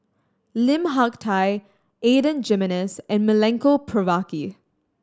Lim Hak Tai Adan Jimenez and Milenko Prvacki